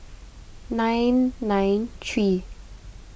nine nine three